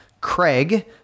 Craig